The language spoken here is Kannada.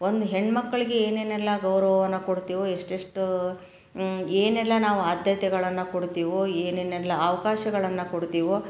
ಒಂದು ಹೆಣ್ಣು ಮಕ್ಕಳಿಗೆ ಏನೇನೆಲ್ಲ ಗೌರವವನ್ನು ಕೊಡ್ತೀವೋ ಎಷ್ಟೆಷ್ಟು ಏನೆಲ್ಲ ನಾವು ಆದ್ಯತೆಗಳನ್ನು ಕೊಡ್ತೀವೋ ಏನೇನೆಲ್ಲ ಅವಕಾಶಗಳನ್ನ ಕೊಡ್ತೀವೋ